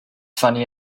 funny